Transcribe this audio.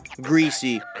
Greasy